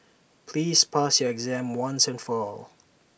please pass your exam once and for all